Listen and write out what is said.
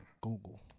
Google